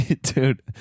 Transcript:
Dude